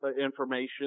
information